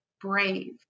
Brave